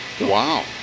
Wow